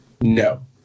No